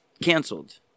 canceled